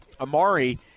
Amari